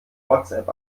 whatsapp